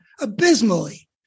abysmally